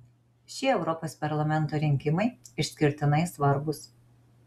šie europos parlamento rinkimai išskirtinai svarbūs